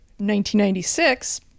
1996